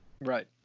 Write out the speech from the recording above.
Right